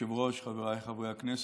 אדוני היושב-ראש, חבריי חברי הכנסת,